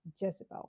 Jezebel